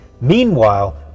Meanwhile